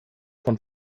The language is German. von